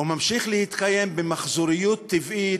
או ממשיך להתקיים במחזוריות טבעית,